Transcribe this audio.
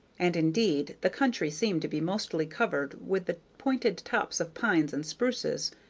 and indeed the country seemed to be mostly covered with the pointed tops of pines and spruces,